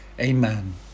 Amen